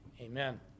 Amen